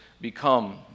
become